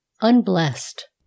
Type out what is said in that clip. unblessed